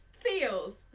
Feels